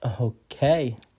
Okay